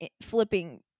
flipping